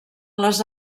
les